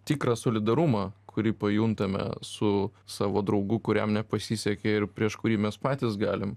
tikrą solidarumą kurį pajuntame su savo draugu kuriam nepasisekė ir prieš kurį mes patys galim